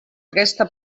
aquesta